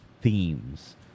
themes